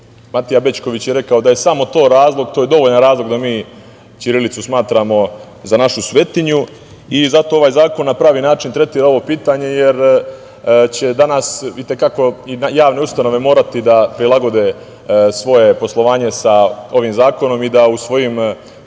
Matija Bećković je rekao da je to samo razlog, to je dovoljan razlog da mi ćirilicu smatramo za našu svetinju i zato ovaj zakon na pravi način tretira ovo pitanje, jer će danas i te kako javne ustanove morati da prilagode svoje poslovanje sa ovim zakonom i da u svojim prepiskama